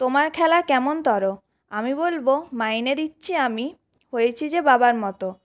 তোমার খেলা কেমন তরো আমি বলবো মাইনে দিচ্ছি আমি হয়েছি যে বাবার মতো